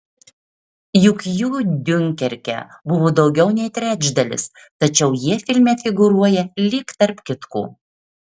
juk jų diunkerke buvo daugiau nei trečdalis tačiau jie filme figūruoja lyg tarp kitko